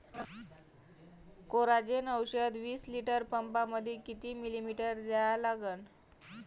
Coragen औषध विस litre पंपामंदी किती मिलीमिटर घ्या लागन?